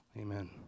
Amen